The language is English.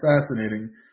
fascinating